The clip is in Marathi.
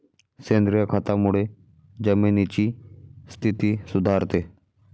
सेंद्रिय खतामुळे जमिनीची स्थिती सुधारते